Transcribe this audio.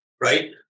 right